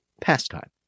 pastime